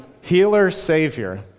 healer-savior